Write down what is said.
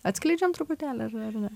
atskleidžiam truputėlį ar ar ne